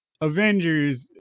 Avengers